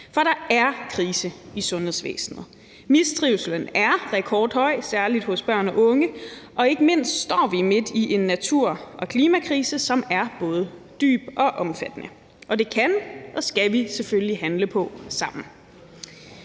For der er krise i sundhedsvæsenet. Mistrivslen er rekordhøj, særlig hos børn og unge, og ikke mindst står vi midt i en natur- og klimakrise, som er både dyb og omfattende, og det kan og skal vi selvfølgelig handle på sammen.